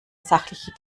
sachliche